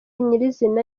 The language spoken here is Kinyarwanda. nyirizina